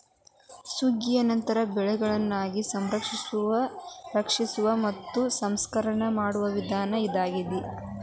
ಸುಗ್ಗಿಯ ನಂತರ ಬೆಳೆಗಳನ್ನಾ ಸಂರಕ್ಷಣೆ, ರಕ್ಷಣೆ ಮತ್ತ ಸಂಸ್ಕರಣೆ ಮಾಡುವ ವಿಧಾನ ಇದಾಗಿದೆ